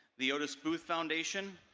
the otis booth foundation,